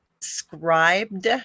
Scribed